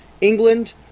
England